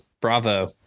Bravo